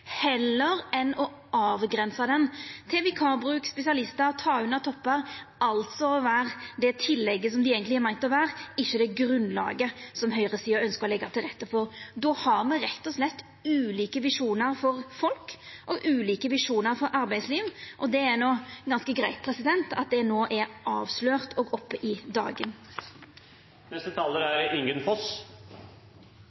heller enn å avgrensa han til vikarbruk, spesialistar, ta unna toppar – altså vera det tillegget som det eigentleg er meint å vera, ikkje det grunnlaget som høgresida ønskjer å leggja til rette for. Me har rett og slett ulike visjonar for folk og ulike visjonar for arbeidsliv. Det er ganske greitt at det no er avslørt og oppe i